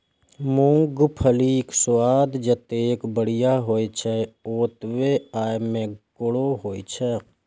मूंगफलीक स्वाद जतेक बढ़िया होइ छै, ओतबे अय मे गुणो होइ छै